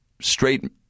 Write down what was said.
straight